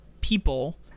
people